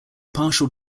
partial